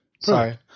Sorry